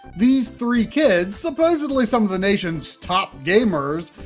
these three kids, supposedly some of the nation's top gamers,